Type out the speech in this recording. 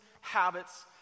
habits